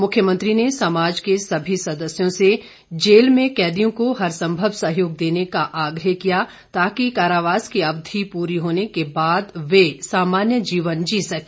मुख्यमंत्री ने समाज के सभी सदस्यों से जेल में कैदियों को हरसंभव सहयोग देने का आग्रह किया ताकि कारावास की अवधि पूरी होने के बाद वे सामान्य जीवन जी सके